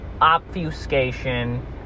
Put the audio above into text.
obfuscation